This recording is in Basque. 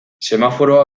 semaforoa